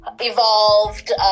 evolved